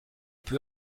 peu